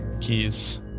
keys